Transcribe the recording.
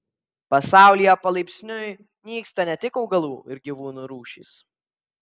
pasaulyje palaipsniui nyksta ne tik augalų ir gyvūnų rūšys